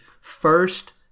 first